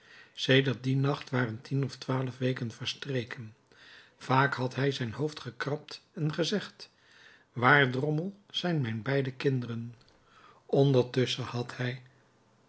sedert dien nacht waren tien of twaalf weken verstreken vaak had hij zijn hoofd gekrabd en gezegd waar drommel zijn mijn beide kinderen ondertusschen had hij